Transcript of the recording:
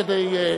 כדי,